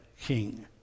king